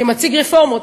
שמציג רפורמות.